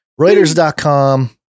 Reuters.com